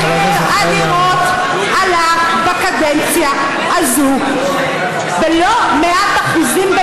מחיר הדירות עלה בקדנציה הזאת בלא מעט אחוזים,